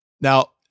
Now